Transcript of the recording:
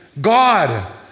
God